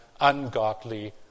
ungodly